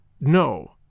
No